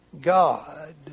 God